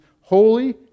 holy